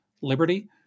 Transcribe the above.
liberty